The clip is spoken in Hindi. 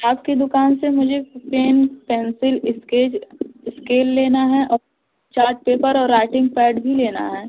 आपकी दुकान से मुझे पेन पेंसिल इस्केच इस्केल लेना है और चाट पेपर और राइटिंग पैड भी लेना है